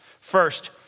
First